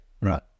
right